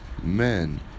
men